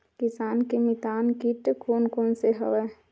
किसान के मितान कीट कोन कोन से हवय?